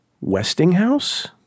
westinghouse